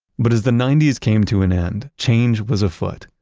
but as the ninety s came to an end, change was a foot.